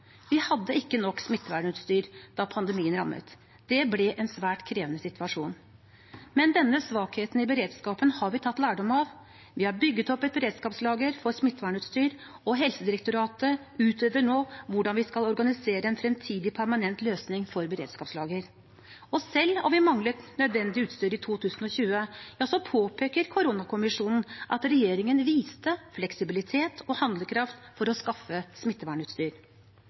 Vi hadde ikke nok smittevernutstyr da pandemien rammet. Det ble en svært krevende situasjon. Men denne svakheten i beredskapen har vi tatt lærdom av. Vi har bygd opp et beredskapslager for smittevernutstyr, og Helsedirektoratet utreder nå hvordan vi skal organisere en fremtidig permanent løsning for beredskapslager. Og selv om vi manglet nødvendig utstyr i 2020, påpeker koronakommisjonen at regjeringen viste fleksibilitet og handlekraft for å skaffe smittevernutstyr.